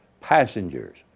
passengers